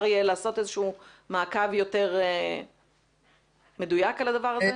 יהיה לעשות איזה שהוא מעקב יותר מדויק על הדבר הזה?